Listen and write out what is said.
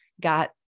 got